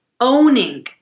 owning